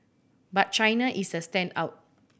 but China is the standout